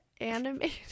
animated